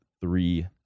three